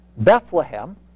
Bethlehem